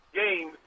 game